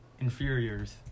Inferiors